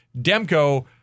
Demko